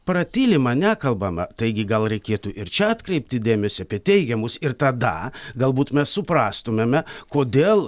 pratylima nekalbama taigi gal reikėtų ir čia atkreipti dėmesį apie teigiamus ir tada galbūt mes suprastumėme kodėl